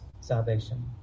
salvation